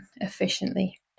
efficiently